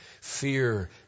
fear